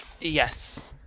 yes